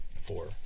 Four